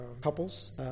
couples